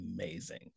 amazing